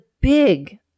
big